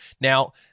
Now